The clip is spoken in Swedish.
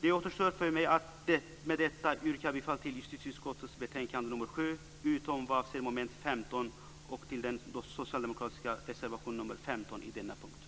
Det återstår för mig att med detta yrka bifall till hemställan i justitieutskottets betänkande nr 7 utom vad avser mom. 15 och till den socialdemokratiska reservationen nr 15 på denna punkt.